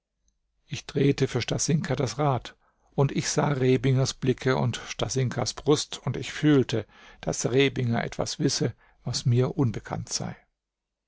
ich drehte für stasinka das rad und ich sah rebingers blicke und stasinkas brust und ich fühlte daß rebinger etwas wisse was mir unbekannt sei